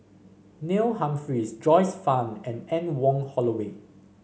Neil Humphreys Joyce Fan and Anne Wong Holloway